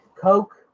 Coke